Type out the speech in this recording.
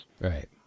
Right